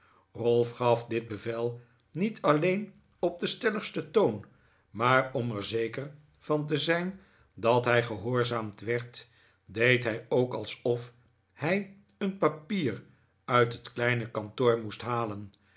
ralph gaf dit bevel niet alleen op den stelligsten toon maar om er zeker van te zijn dat hij gehoorzaamd werd deed hij ook alsof hij een papier uit het kleine kantoor moest halen